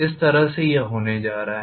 इस तरह से यह होने जा रहा है